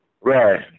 Right